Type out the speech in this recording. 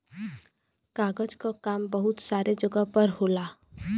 कागज क काम बहुत सारे जगह पर होला